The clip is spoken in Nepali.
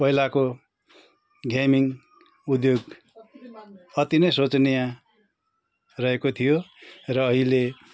पहिलाको गेमिङ उद्योग अति नै सोचनीय रहेको थियो र अहिले